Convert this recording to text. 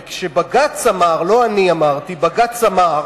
וכשבג"ץ אמר, לא אני אמרתי, בג"ץ אמר,